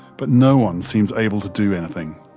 but no-one seems able to do anything.